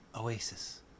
oasis